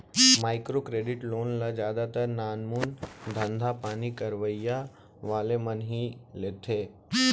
micro credit loan ल जादातर नानमून धंधापानी करइया वाले मन ह ही लेथे